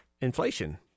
inflation